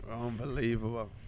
unbelievable